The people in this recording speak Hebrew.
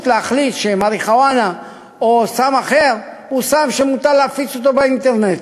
להחליט שמריחואנה או סם אחר זה סם שמותר להפיץ באינטרנט,